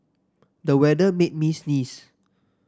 the weather made me sneeze